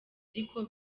ariko